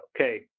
Okay